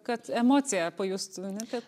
kad emociją pajustų ane kad